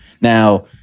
Now